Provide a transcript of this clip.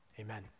Amen